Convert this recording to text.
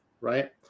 right